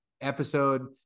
episode